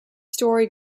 story